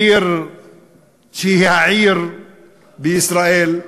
עיר שהיא העיר בישראל.